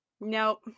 nope